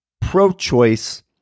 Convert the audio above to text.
pro-choice